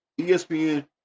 ESPN